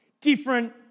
different